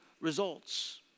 results